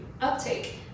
uptake